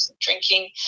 drinking